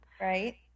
Right